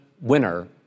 winner